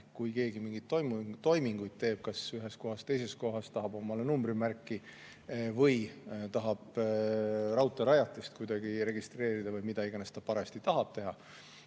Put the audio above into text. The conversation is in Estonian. kui keegi mingeid toiminguid teeb, kas ühes kohas või teises kohas, tahab numbrimärki või tahab raudteerajatist kuidagi registreerida või mida iganes ta parajasti tahab teha,